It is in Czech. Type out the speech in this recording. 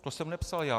To jsem nepsal já.